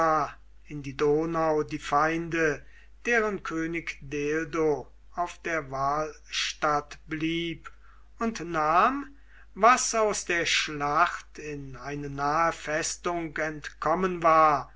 in die donau die feinde deren könig deldo auf der wahlstatt blieb und nahm was aus der schlacht in eine nahe festung entkommen war